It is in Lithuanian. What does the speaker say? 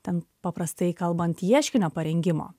ten paprastai kalbant ieškinio parengimo